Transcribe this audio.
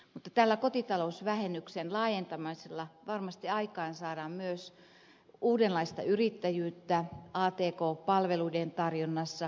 mutta tällä kotita lousvähennyksen laajentamisella varmasti aikaansaadaan myös uudenlaista yrittäjyyttä atk palveluiden tarjonnassa